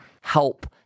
help